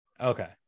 Okay